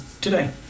today